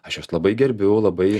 aš juos labai gerbiu labai